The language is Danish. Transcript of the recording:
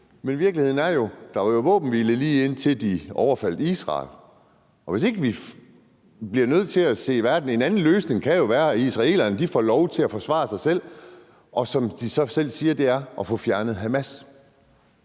Men virkeligheden er jo, at der var våbenhvile, lige indtil de overfaldt Israel. Vi bliver nødt til at finde en anden løsning, og den kan jo være, at israelerne får lov til at forsvare sig selv for, som de selv siger, at få fjernet Hamas.